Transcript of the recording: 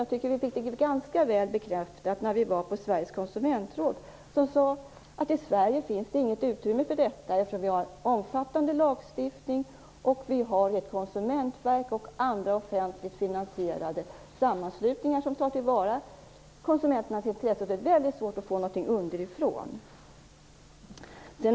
Jag tycker att vi fick detta ganska väl bekräftat när vi besökte Sveriges konsumentråd, där man sade att det i Sverige inte finns något utrymme för detta eftersom vi har en omfattande lagstiftning, ett konsumentverk och andra offentligt finansierade sammanslutningar som tar till vara konsumenternas intressen. Det är väldigt svårt att få till stånd någonting underifrån.